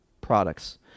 products